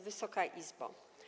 Wysoka Izbo!